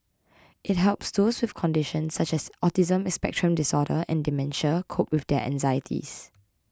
it helps those with conditions such as autism spectrum disorder and dementia cope with their anxieties